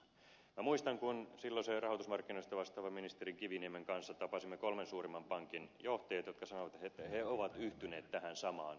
muistan kun silloisen rahoitusmarkkinoista vastaavan ministeri kiviniemen kanssa tapasimme kolmen suurimman pankin johtajat jotka sanoivat että he ovat yhtyneet tähän samaan sitoumukseen